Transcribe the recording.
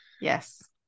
Yes